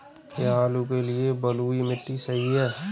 क्या आलू के लिए बलुई मिट्टी सही है?